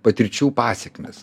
patirčių pasekmės